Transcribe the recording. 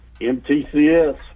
MTCS